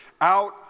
out